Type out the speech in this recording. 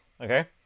Okay